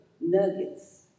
nuggets